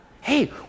hey